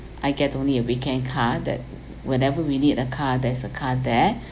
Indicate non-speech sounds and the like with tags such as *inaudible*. I get only a weekend car that whenever we need a car there's a car there *breath*